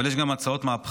אבל יש גם הצעות מהפכניות,